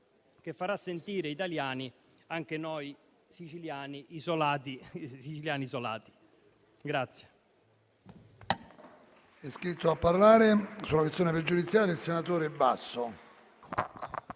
che farà sentire italiani anche noi siciliani isolati.